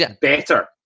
Better